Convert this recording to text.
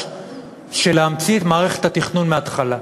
של להמציא את מערכת התכנון מהתחלה.